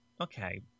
Okay